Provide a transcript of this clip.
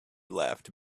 laughed